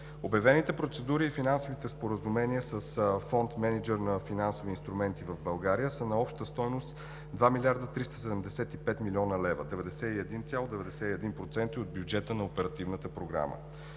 Обявените процедури и финансовите споразумения с Фонд „Мениджър на финансови инструменти в България“ са на обща стойност 2 млрд. 375 млн. лв. – 91,91% от бюджета на Оперативната програма.